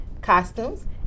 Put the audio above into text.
Costumes